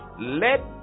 let